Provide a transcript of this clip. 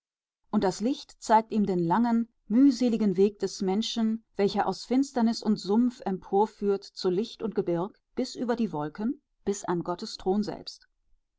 und das licht zeigt ihm den langen mühseligen weg des menschen welcher aus finsternis und sumpf emporführt zu licht und gebirg bis über die wolken bis an gottes thron selbst